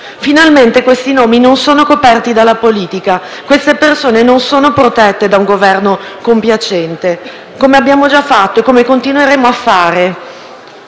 Finalmente questi nomi non sono coperti dalla politica, queste persone non sono protette da un Governo compiacente. Come abbiamo già fatto e come continueremo a fare